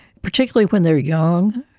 particularly when they are young,